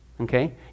Okay